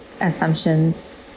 assumptions